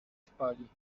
spali